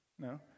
No